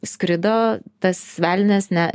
skrido tas velnias ne